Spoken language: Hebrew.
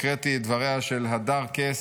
הקראתי את דבריה של הדר קס,